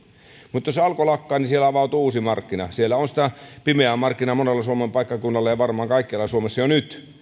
mutta jos alko lakkaa niin siellä avautuu uusi markkina siellä on sitä pimeää markkinaa monella suomen paikkakunnalla ja varmaan kaikkialla suomessa jo nyt